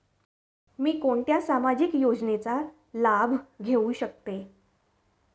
मी कोणत्या सामाजिक योजनेचा लाभ घेऊ शकते?